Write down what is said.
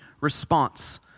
response